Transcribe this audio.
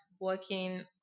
working